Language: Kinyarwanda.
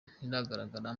ntiragaragara